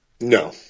No